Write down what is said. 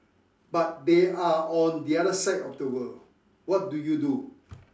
but they are on the other side of the world what do you do